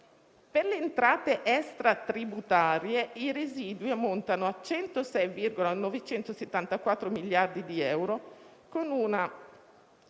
Per le entrate extratributarie, i residui ammontano a 106,974 miliardi di euro, con una